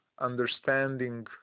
understanding